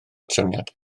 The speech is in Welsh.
trefniadau